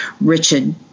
Richard